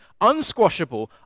unsquashable